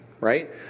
right